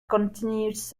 continued